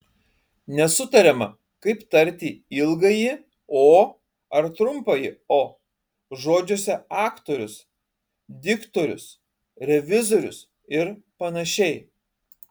nesutariama kaip tarti ilgąjį o ar trumpąjį o žodžiuose aktorius diktorius revizorius ir panašiai